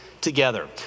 together